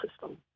system